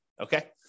okay